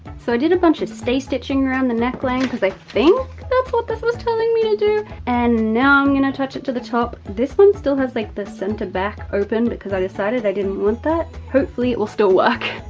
so i did a bunch of stay stitching around the neckline cause i think that's what this was telling me to do. and now i'm gonna attach it to the top. this one still has like the center back open because i decided i didn't want that. hopefully it will still work.